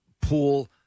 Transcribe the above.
pool